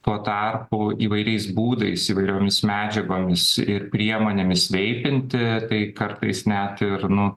tuo tarpu įvairiais būdais įvairiomis medžiagomis ir priemonėmis veikianti tai kartais net iranu